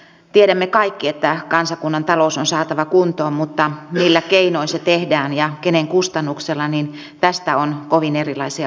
tiedämme kaikki että kansakunnan talous on saatava kuntoon mutta siitä millä keinoin se tehdään ja kenen kustannuksella on kovin erilaisia ajatuksia